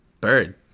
Bird